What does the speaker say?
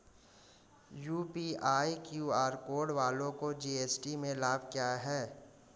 UPI QR code वालों को GST में लाभ क्या है?